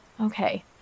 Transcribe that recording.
okay